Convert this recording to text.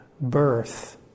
birth